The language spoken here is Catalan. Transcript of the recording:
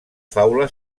faula